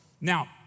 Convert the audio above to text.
Now